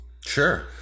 Sure